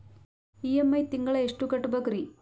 EMI ತಿಂಗಳ ಎಷ್ಟು ಕಟ್ಬಕ್ರೀ?